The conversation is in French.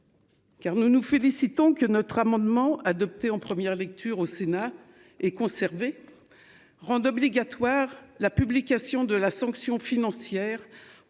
Car nous nous félicitons que notre amendement adopté en première lecture au Sénat et conserver. Rendent obligatoire la publication de la sanction financière